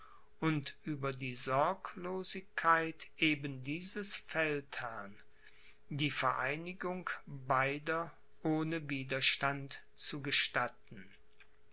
und über die sorglosigkeit eben dieses feldherrn die vereinigung beider ohne widerstand zu gestatten